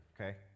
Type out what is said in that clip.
okay